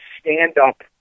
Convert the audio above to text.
stand-up